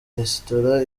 resitora